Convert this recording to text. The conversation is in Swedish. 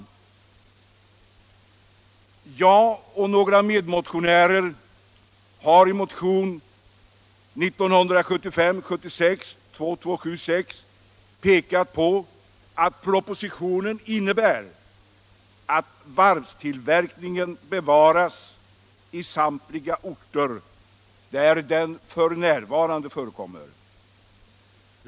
Jag och några medmotionärer har i motionen 1975/76:2276 pekat på att propositionen innebär att varvstillverkningen bevaras i samtliga orter där den f.n. förekommer.